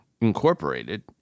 Incorporated